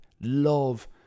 love